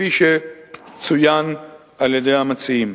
כפי שצוין על-ידי המציעים.